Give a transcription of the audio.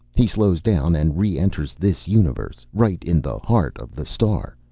he slows down and re-enters this universe. right in the heart of the star.